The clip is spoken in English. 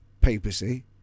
papacy